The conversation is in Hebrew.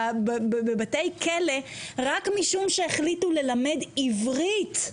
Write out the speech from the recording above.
בבתי כלא רק משום שהחליטו ללמד עברית,